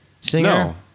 singer